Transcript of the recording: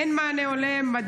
אין מענה הולם.